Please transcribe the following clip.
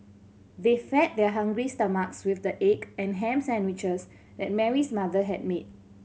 they fed their hungry stomachs with the egg and ham sandwiches that Mary's mother had made